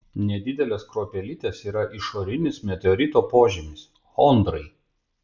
nedidelės kruopelytės yra išorinis meteorito požymis chondrai